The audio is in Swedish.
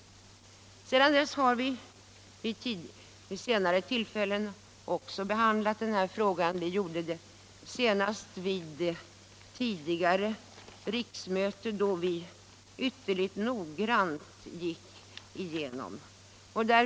Sedan dess har vi behandlat den här frågan vid flera tillfällen, senast vid 1975/76 års riksmöte då vi gjorde en ny noggrann genomgång.